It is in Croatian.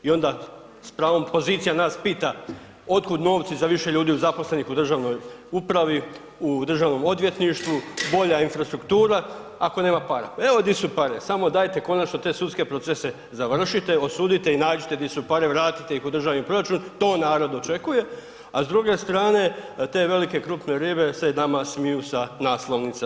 I onda s pravom opozicija nas pita otkud novci za više ljudi zaposlenih u državnoj upravi, u Državnom odvjetništvu, bolja infrastruktura ako nema para, evo di su pare, samo dajte konačno te sudske procese završite, osudite i nađite di su pare, vratite ih u državni proračun, to narod očekuje a s druge strane, te velike krupne ribe se nama smiju sa naslovnica, hvala.